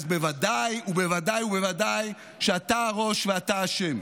אז בוודאי ובוודאי ובוודאי שאתה הראש ואתה אשם.